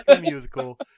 musical